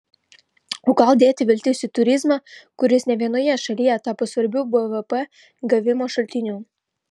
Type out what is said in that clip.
o gal dėti viltis į turizmą kuris ne vienoje šalyje tapo svarbiu bvp gavimo šaltiniu